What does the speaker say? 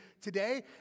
today